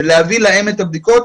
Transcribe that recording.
ומביאים להם את הבדיקות.